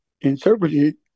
interpreted